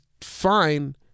fine